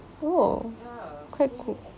oh quite cool